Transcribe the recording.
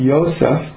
Yosef